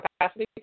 capacity